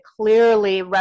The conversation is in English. clearly